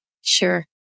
Sure